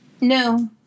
No